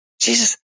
Jesus